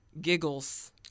giggles